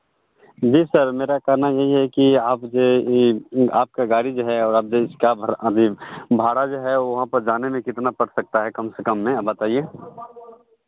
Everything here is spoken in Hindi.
जी सर मेरा कहना यही है की आप जो ये आपका गाड़ी जो है और आप आने में भाड़ा जो है वहाँ पर जाने में कितना पड़ सकते है कम से कम में आप बताइए